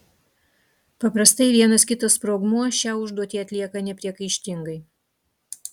paprastai vienas kitas sprogmuo šią užduotį atlieka nepriekaištingai